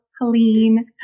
Helene